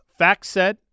FactSet